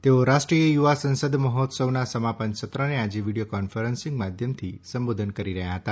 તેઓ રાષ્ટ્રીય યુવા સંસદ મહોત્સવના સમાપન સત્રને આજે વીડિયો કોન્ફરન્સિંગ માધ્યમથી સંબોધન કરી રહ્યા હતા